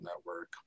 network